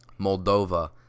Moldova